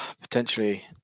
potentially